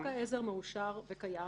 חוק העזר מאושר וקיים.